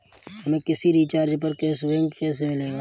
हमें किसी रिचार्ज पर कैशबैक कैसे मिलेगा?